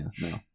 no